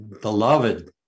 beloved